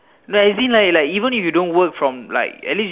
like you see like like even if you don't work from like at least